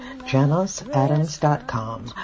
JanosAdams.com